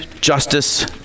justice